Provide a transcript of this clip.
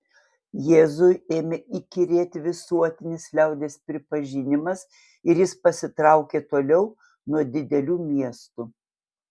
jėzui ėmė įkyrėti visuotinis liaudies pripažinimas ir jis pasitraukė toliau nuo didelių miestų